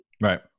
Right